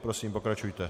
Prosím, pokračujte.